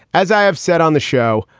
as i have said on the show.